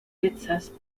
texas